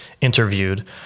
interviewed